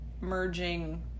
merging